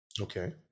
Okay